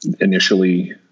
Initially